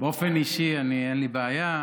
באופן אישי אין לי בעיה.